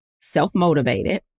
Self-motivated